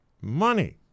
money